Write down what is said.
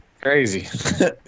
crazy